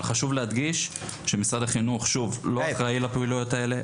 אבל חשוב להדגיש שמשרד החינוך שוב לא אחראי לפעילויות האלה,